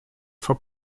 for